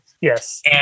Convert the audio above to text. Yes